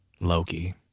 Loki